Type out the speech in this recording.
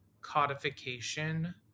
codification